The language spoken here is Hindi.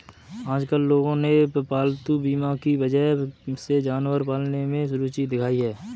आजकल लोगों ने पालतू बीमा की वजह से जानवर पालने में रूचि दिखाई है